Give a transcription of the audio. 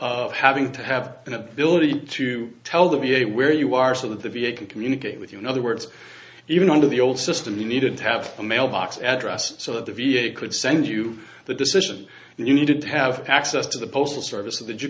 of having to have an ability to tell the v a where you are so that the v a can communicate with you another words even under the old system you needed to have a mailbox address so that the v a could send you the decision that you needed to have access to the postal service of that you